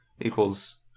equals